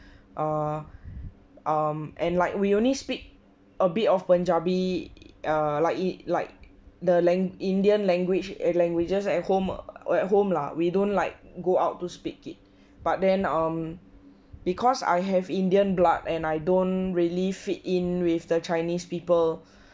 err um and like we only speak a bit of punjabi err like it like the lang~ indian language languages at home or at home lah we don't like go out to speak it but then um because I have indian blood and I don't really fit in with the chinese people